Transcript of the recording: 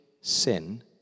sin